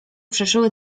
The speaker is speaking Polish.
przeszyły